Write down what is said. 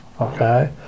Okay